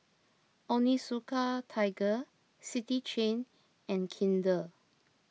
Onitsuka Tiger City Chain and Kinder